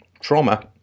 trauma